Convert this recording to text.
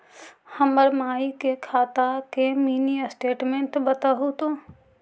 हमर माई के खाता के मीनी स्टेटमेंट बतहु तो?